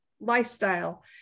lifestyle